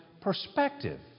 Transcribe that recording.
perspective